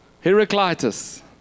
Heraclitus